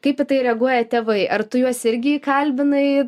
kaip į tai reaguoja tėvai ar tu juos irgi įkalbinai